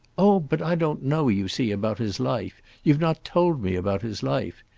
oh but i don't know, you see, about his life you've not told me about his life.